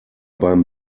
beim